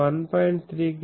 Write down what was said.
3 కి బదులుగా ఇది 10